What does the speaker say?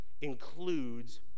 includes